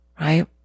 right